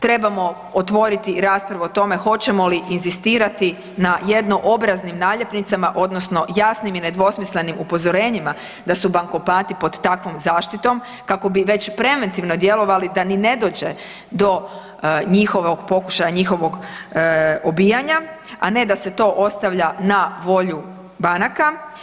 Trebamo otvoriti i raspravu o tome hoćemo li inzistirati na jednoobraznim naljepnicama odnosno jasnim i nedvosmislenim upozorenjima da su bankomati pod takvom zaštitom kako bi već preventivno djelovali da ni ne dođe do njihovog, pokušaja njihovog obijanja, a ne da se to ostavlja na volju banaka.